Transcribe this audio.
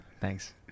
Thanks